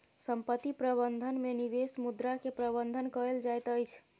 संपत्ति प्रबंधन में निवेश मुद्रा के प्रबंधन कएल जाइत अछि